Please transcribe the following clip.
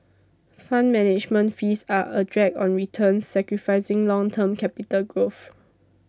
fund management fees are a drag on returns sacrificing long term capital growth